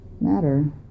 matter